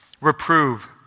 Reprove